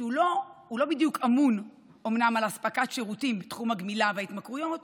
שאומנם לא בדיוק אמון על אספקת השירותים בתחום הגמילה וההתמכרויות